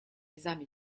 esami